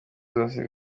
zose